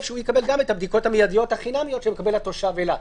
שגם הוא יקבל את הבדיקות המיידיות החינמיות שמקבל תושב אילת.